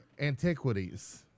antiquities